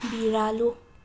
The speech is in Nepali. बिरालो